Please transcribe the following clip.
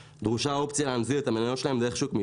זה קל למימוש, הוגן וחיוני וזה תלוי בכם.